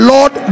Lord